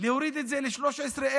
להוריד את זה ל-13,750,